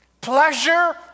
Pleasure